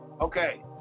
Okay